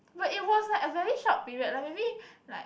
but it was like a very short period like maybe like